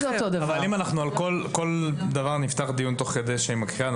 אם על כל דבר נפתח דיון תוך כדי שהיא מקריאה,